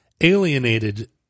alienated